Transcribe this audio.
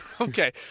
Okay